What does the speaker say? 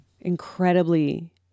incredibly